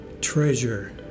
treasure